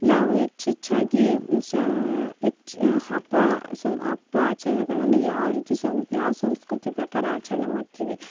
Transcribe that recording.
ನಾವು ಹೆಚ್ಚೆಚ್ಚಾಗಿ ಸಾ ಹೆಚ್ಚು ಹಬ್ಬ ಸಮ ಹಬ್ಬ ಆಚರಣೆಗಳನ್ನು ಯಾವರೀತಿ ಸಂ ಯಾವ ಸಂಸ್ಕೃತಿ ಪ್ರಕಾರ ಆಚರಣೆ ಮಾಡ್ತೀವಿ